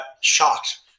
shocked